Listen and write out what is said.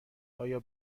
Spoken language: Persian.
آیا